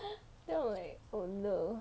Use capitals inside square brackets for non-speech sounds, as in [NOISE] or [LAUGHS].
[LAUGHS] then I was like oh no